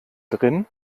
drin